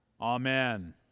Amen